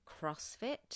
CrossFit